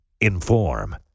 Inform